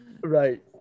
Right